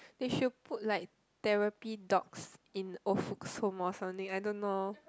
they should put like therapy dogs in old folks home or something I don't know